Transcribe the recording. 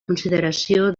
consideració